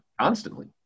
constantly